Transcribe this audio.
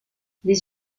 les